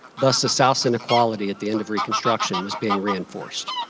thus, the south's inequality at the end of reconstruction was being reinforced.